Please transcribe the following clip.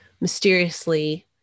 mysteriously